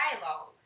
dialogue